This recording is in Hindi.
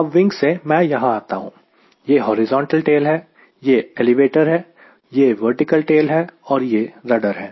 अब विंग से मैं यहां आता हूं यह हॉरिजॉन्टल टेल है यह एलिवेटर है यह वर्टिकल टेल है और यह रडर है